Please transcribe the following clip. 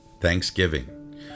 Thanksgiving